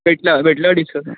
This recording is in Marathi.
भेटल्यावर भेटल्यावर डिसकस